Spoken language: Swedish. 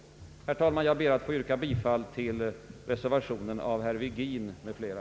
Herr talman! Jag ber att få yrka bifall till reservationen av herr Virgin m.fl.